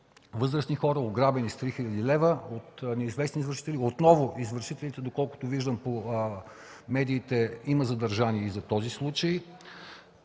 възрастни хора, ограбени с 3 хил. лв. от неизвестни извършители. Отново, доколкото виждам по медиите, има задържани и за този случай.